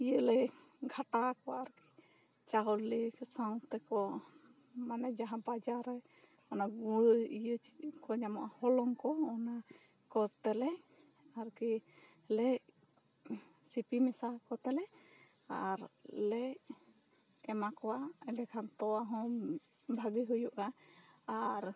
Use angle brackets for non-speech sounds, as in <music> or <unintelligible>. ᱤᱭᱟ ᱞᱮ ᱜᱷᱟᱴᱟ ᱟᱠᱚᱣᱟ ᱟᱨ ᱠᱤ ᱪᱟᱣᱞᱮ ᱥᱟᱶ ᱛᱮ ᱠᱚ ᱢᱟᱱᱮ ᱡᱟᱦᱟ ᱵᱟᱡᱟᱨ ᱨᱮ ᱚᱱᱟ ᱜᱩᱲᱟ ᱤᱭᱟ ᱪᱮᱫ ᱠᱚ ᱧᱟᱢᱚᱜᱼᱟ ᱦᱚᱞᱚᱝ ᱠᱚ ᱚᱱᱟᱠᱚᱛᱮ ᱞᱮ ᱟᱨᱠᱤ ᱞᱮ ᱥᱤᱯᱤᱢ <unintelligible> ᱠᱚᱛᱮᱞᱮ ᱟᱨ ᱞᱮ ᱮᱢᱟ ᱠᱚᱣᱟ ᱤᱱᱟ ᱠᱷᱟᱱ ᱛᱳᱣᱟ ᱦᱚ ᱵᱷᱟᱜᱮ ᱦᱩᱭᱩᱜᱼᱟ ᱟᱨ